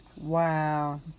Wow